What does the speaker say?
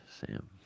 Sam